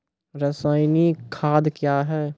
रसायनिक खाद कया हैं?